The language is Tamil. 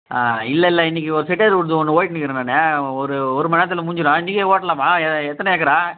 ஆ இல்லயில்ல இன்றைக்கு ஒரு செட்டியார் வீட்டுது ஒன்று ஓட்டினுக்கிறேன் நான் ஒரு ஒரு மணி நேரத்தில் முடிஞ்சுரும் இன்றைக்கே ஓட்டலாமா எ எத்தனை ஏக்கரா